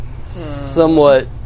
Somewhat